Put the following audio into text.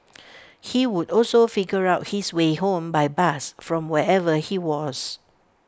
he would also figure out his way home by bus from wherever he was